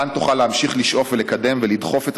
מכאן תוכל להמשיך לשאוף ולקדם ולדחוף את